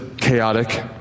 chaotic